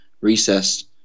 recessed